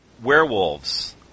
werewolves